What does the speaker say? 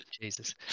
Jesus